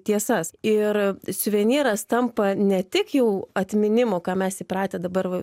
tiesas ir suvenyras tampa ne tik jau atminimo ką mes įpratę dabar